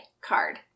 card